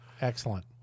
Excellent